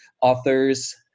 authors